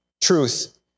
truth